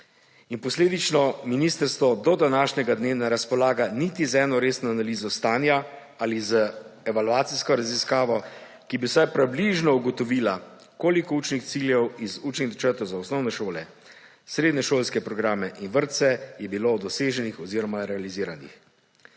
Posledično ministrstvo do današnjega dne ne razpolaga niti z eno resno analizo stanja ali z evalvacijsko raziskavo, ki bi vsaj približno ugotovila, koliko učnih ciljev iz učnih načrtov za osnovne šole, srednješolske programe in vrtce je bilo doseženih oziroma realiziranih,